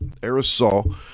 aerosol